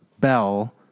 bell